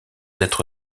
être